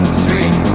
street